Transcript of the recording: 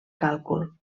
càlcul